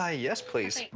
ah yes please.